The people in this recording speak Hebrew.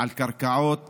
על קרקעות